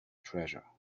treasure